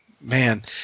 Man